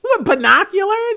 binoculars